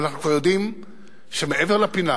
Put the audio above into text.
אבל אנחנו יודעים שמעבר לפינה